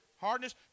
hardness